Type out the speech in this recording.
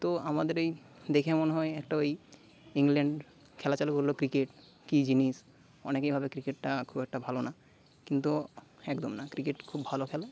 তো আমাদের এই দেখে মনে হয় একটা ওই ইংল্যান্ড খেলা চালু করল ক্রিকেট কী জিনিস অনেকেই ভাবে ক্রিকেটটা খুব একটা ভালো না কিন্তু একদম না ক্রিকেট খুব ভালো খেলা